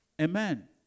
Amen